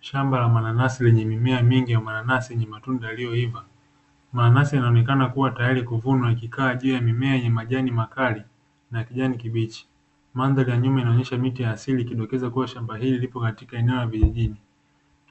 Shamba la mananasi lenye mimea mingi ya mananasi yenye matunda yaliyoiva, mananasi yanaonekana kuwa tayari kuvunwa yakikaa juu ya mimea yenye majani makali na kijani kibichi, mandhari ya nyuma inaonyesha miti ya asili ikidokeza kuwa shamba hili lipo maeneo ya vijijini,